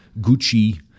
Gucci